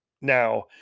now